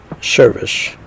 service